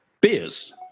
beers